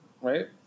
right